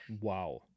Wow